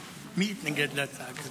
של יום נקנות על ידי קופות החולים במחיר של